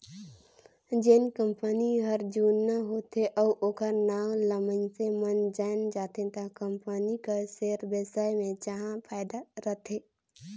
जेन कंपनी हर जुना होथे अउ ओखर नांव ल मइनसे मन जाएन जाथे त कंपनी कर सेयर बेसाए मे जाहा फायदा रथे